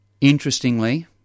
Interestingly